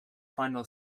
final